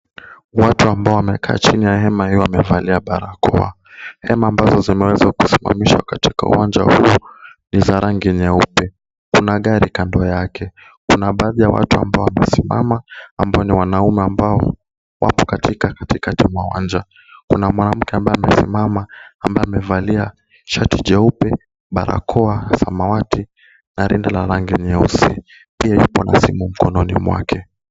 Watu ambao wamekaa chini ya hema hii wamevalia barakoa . Hema ambazo zimeweza kusimamishwa katika uwanja huu ni za rangi nyeupe. Kuna gari kando yake. Kuna baadhi ya watu ambao wamesimama ambao ni wanaume ambao wapo katika katikati mwa uwanja. Kuna mwanamke ambaye amesimama ambaye amevalia shati jeupe, barakoa la samawati na rinda la rangi nyeusi , pia yuko na simu mkononi mwake.